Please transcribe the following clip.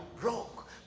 broke